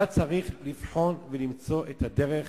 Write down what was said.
אתה צריך לבחון ולמצוא את הדרך